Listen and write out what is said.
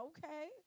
Okay